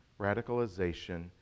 Radicalization